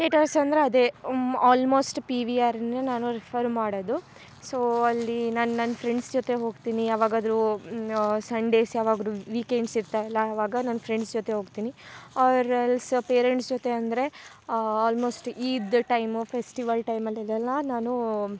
ಟೆಟರ್ಸ್ ಅಂದರೆ ಅದೇ almost P V ಆರನ್ನೆ ನಾನು ರೆಫರ್ ಮಾಡೊದು ಸೊ ಅಲ್ಲಿ ನನ್ನ ನಾನು ಫ್ರೆಂಡ್ಸ್ ಜೊತೆ ಹೋಗ್ತಿನಿ ಯಾವಾಗಾದರು ಸಂಡೇಸ್ ಯಾವಾಗಾರು ವಿಕೆಂಡ್ಸ್ ಇರ್ತವೆಲ್ಲ ಆವಾಗ ನನ್ನ ಫ್ರೆಂಡ್ಸ್ ಜೊತೆ ಹೋಗ್ತಿನಿ ಅವ್ರಲ್ ಪೇರೆಂಟ್ಸ್ ಜೊತೆ ಅಂದರೆ ಆಲ್ಮೋಸ್ಟ್ ಈದ್ ಟೈಮ್ ಫೆಸ್ಟಿವಲ್ ಟೈಮಲ್ಲಿ ಅಲ್ಲೆಲ್ಲ ನಾನು